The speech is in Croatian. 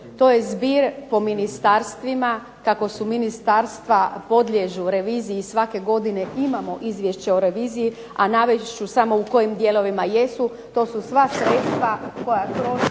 to je zbir po ministarstvima kako su ministarstva podliježu reviziji svake godine imamo Izvješće o reviziji, a navest ću samo u kojim dijelovima jesu. To su sva sredstva koja kroz